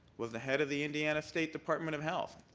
was the head of the indiana state department of health.